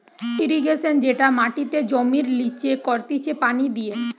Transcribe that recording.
irrigation যেটা মাটিতে জমির লিচে করতিছে পানি দিয়ে